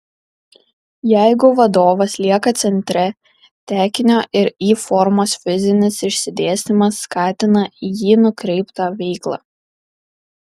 jeigu vadovas lieka centre tekinio ir y formos fizinis išsidėstymas skatina į jį nukreiptą veiklą